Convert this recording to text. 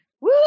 Woo